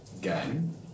game